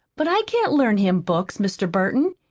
but i can't learn him books, mr. burton.